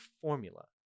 formula